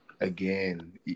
again